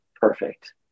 perfect